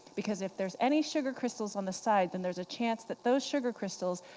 because if there's any sugar crystals on the side, then there's a chance that those sugar crystals,